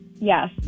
Yes